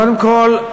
קודם כול,